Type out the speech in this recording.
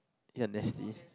ya nasty